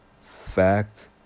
fact